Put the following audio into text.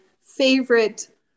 favorite